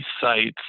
sites